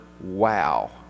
wow